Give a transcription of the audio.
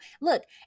look